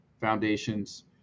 foundations